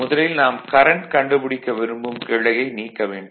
முதலில் நாம் கரண்ட் கண்டுபிடிக்க விரும்பும் கிளையை நீக்க வேண்டும்